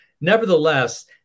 nevertheless